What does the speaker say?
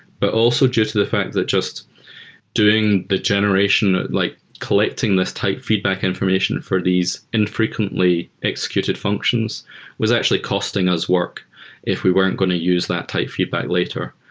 but also due to the fact that just doing the generation, like collecting this type feedback information for these infrequently executed functions was actually costing us work if we weren't going to use that type feedback later.